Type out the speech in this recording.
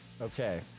Okay